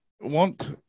want